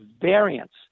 variants